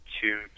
two